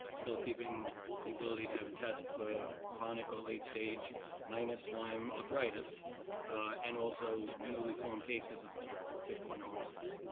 still keeping the ability to have a test for chronic or late stage minus lyme arthritis and also newly formed cases of tick-borne illnesses.